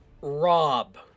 rob